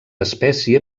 espècie